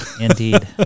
Indeed